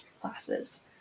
classes